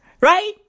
Right